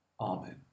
Amen